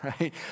right